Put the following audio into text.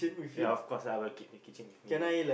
ya of course I will keep the kitchen with me